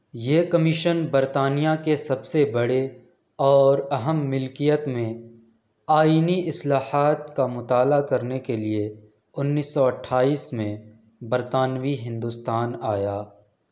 یہ کمیشن برطانیہ کے سب سے بڑے اور اہم ملکیت میں آئینی اصلاحات کا مطالعہ کرنے کے لیے انیس سو اٹھائیس میں برطانوی ہندوستان آیا